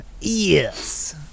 Yes